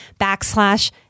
backslash